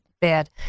bad